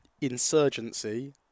Insurgency